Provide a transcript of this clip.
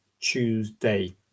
tuesday